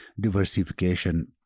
diversification